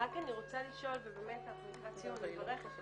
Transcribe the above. אני רק רוצה לשאול ובאמת אנחנו לקראת סיום,